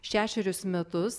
šešerius metus